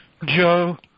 Joe